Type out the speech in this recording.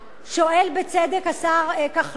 שואל בצדק השר כחלון,